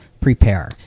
prepare